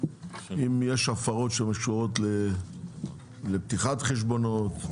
אם יש הפרות שקשורות לפתיחת חשבונות,